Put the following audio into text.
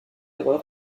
erreur